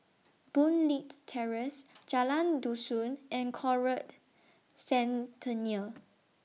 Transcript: Boon Leat Terrace Jalan Dusun and Conrad Centennial